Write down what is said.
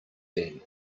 then